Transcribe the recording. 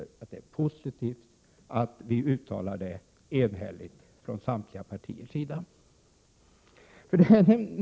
Det är positivt att detta uttalas enhälligt, alltså från samtliga partiers sida.